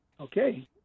Okay